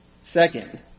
Second